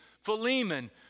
Philemon